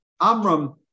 Amram